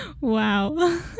wow